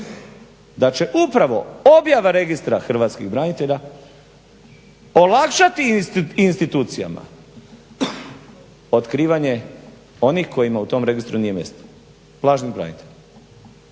da će upravo objava Registra hrvatskih branitelja olakšati institucijama otkrivanje onima kojima u tom registru nije mjesto, lažnim braniteljima